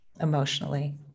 emotionally